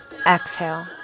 Exhale